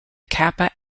kappa